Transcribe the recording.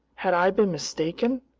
had i been mistaken?